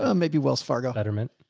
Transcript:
um maybe wells fargo, betterment,